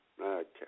Okay